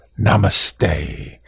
namaste